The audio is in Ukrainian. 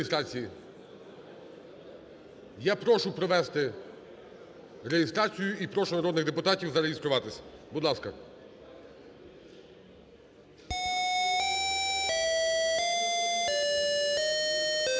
Я прошу провести реєстрацію і прошу народних депутатів зареєструватись. Будь ласка. 10:05:24